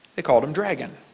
they called them dragons.